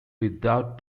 without